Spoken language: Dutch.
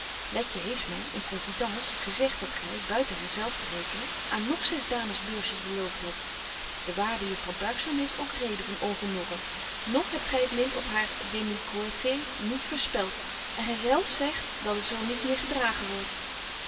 letje heeft my in confidence gezegt dat gy buiten haar zelf te rekenen aan nog zes dames beursjes belooft hebt de waarde juffrouw buigzaam heeft ook reden van ongenoegen nog hebt gy het lint op haar demibetje wolff en aagje deken historie van mejuffrouw sara burgerhart coëffé niet verspelt en gy zelf zegt dat het zo niet meer gedragen wordt